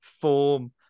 form